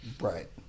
Right